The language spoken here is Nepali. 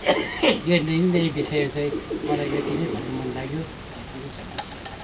यो निर्णय विषय चाहिँ मलाई यति नै भन्नु मन लाग्यो यति मै समाप्त गर्दछु